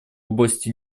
области